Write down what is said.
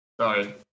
Sorry